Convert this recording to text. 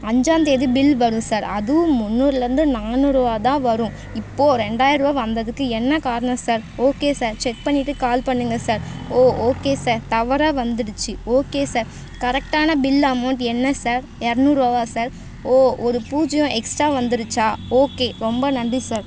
அஞ்சாம்தேதி bill வரும் sir அதுவும் முந்நூறுலேந்து நானூறுரூவா தான் வரும் இப்போ ரெண்டாயரூவா வந்ததுக்கு என்ன காரணம் சார் ஓகே சார் செக் பண்ணிவிட்டு கால் பண்ணுங்கள் சார் ஓ ஓகே சார் தவறாக வந்துடுச்சு ஓகே சார் கரெக்டான பில் அமௌண்ட் என்ன சார் இரநூறுவாவா சார் ஓ ஒரு பூஜ்ஜியம் எக்ஸ்ட்டா வந்துருச்சா ஓகே ரொம்ப நன்றி சார்